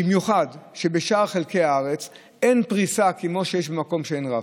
במיוחד כשבשאר חלקי הארץ אין פריסה כמו במקום שיש רב-קו.